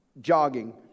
jogging